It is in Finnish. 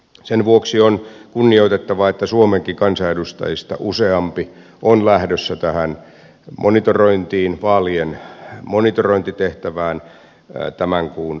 sen vuoksi on kunnioitettavaa että suomenkin kansanedustajista useampi on lähdössä tähän monitorointiin vaalien monitorointitehtävään tämän kuun loppupuolella